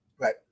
Right